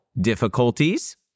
difficulties